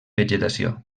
vegetació